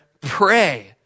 pray